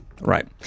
Right